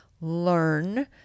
learn